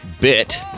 bit